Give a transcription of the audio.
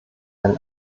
ein